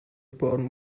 porn